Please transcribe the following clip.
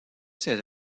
ses